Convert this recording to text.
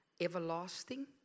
everlasting